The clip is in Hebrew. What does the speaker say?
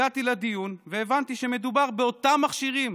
הגעתי לדיון והבנתי שמדובר באותם מכשירים,